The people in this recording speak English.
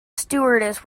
stewardess